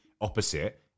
opposite